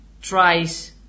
Tries